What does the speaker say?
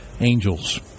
Angels